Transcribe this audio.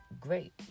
great